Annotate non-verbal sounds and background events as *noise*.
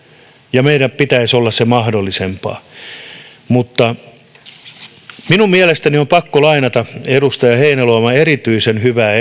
ja meille pitäisi sen olla mahdollisempaa minun mielestäni on pakko lainata edustaja heinäluoman erityisen hyvää *unintelligible*